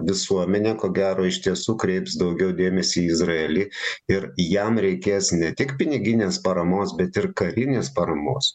visuomenė ko gero iš tiesų kreips daugiau dėmesį į izraelį ir jam reikės ne tik piniginės paramos bet ir karinės paramos